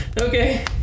Okay